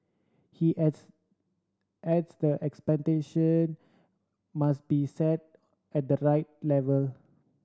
he adds adds the expectation must be set at the right level